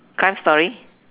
crime story